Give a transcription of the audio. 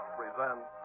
presents